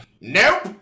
nope